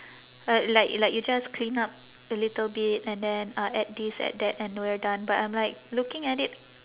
uh like like you just clean up a little bit and then uh add this add that and we're done but I'm like looking at it